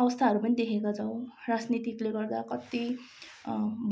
अवस्थाहरू पनि देखेका छौँ राजनीतिकले गर्दा कति